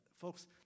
Folks